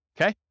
Okay